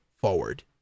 forward